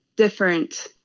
different